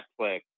Netflix